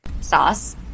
sauce